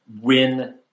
win